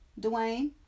Dwayne